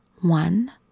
One